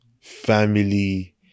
family